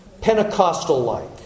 Pentecostal-like